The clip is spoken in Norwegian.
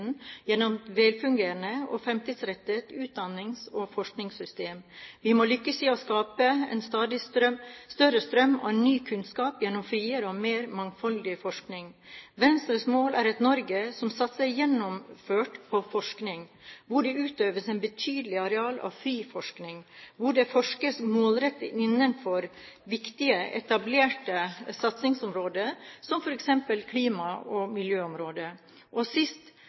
gjennom et velfungerende og fremtidsrettet utdannings- og forskningssystem. Vi må lykkes i å skape en stadig større strøm av ny kunnskap gjennom friere og mer mangfoldig forskning. Venstres mål er et Norge som satser gjennomført på forskning, hvor det utøves en betydelig andel fri forskning, og hvor det forskes målrettet innenfor viktige, etablerte satsingsområder som f.eks. klima- og miljøområdet. Sist, men ikke minst må hensynet til miljø og